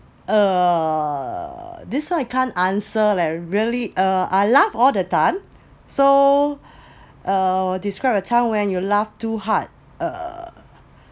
uh this one I can't answer leh really uh I laugh all the time so uh describe a time when you laugh too hard uh